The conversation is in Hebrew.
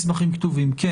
אני